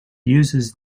uses